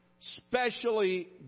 specially